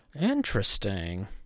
Interesting